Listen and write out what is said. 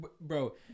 bro